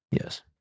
Yes